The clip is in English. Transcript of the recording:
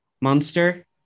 Monster